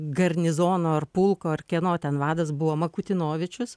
garnizono ar pulko ar kieno ten vadas buvo makutinovičius